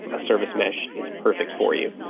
a service mesh is perfect for you.